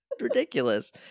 Ridiculous